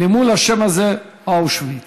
למול השם הזה, "אושוויץ",